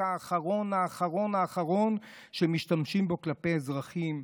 האחרון האחרון האחרון שמשתמשים בו כלפי אזרחים,